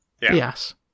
Yes